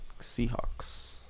Seahawks